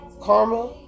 karma